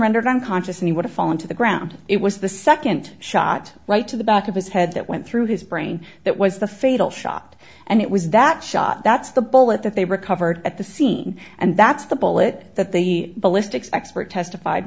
rendered unconscious and he would have fallen to the ground it was the second shot right to the back of his head that went through his brain that was the fatal shot and it was that shot that's the bullet that they recovered at the scene and that's the bullet that the ballistics expert testified